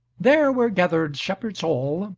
there were gathered shepherds all,